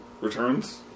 Returns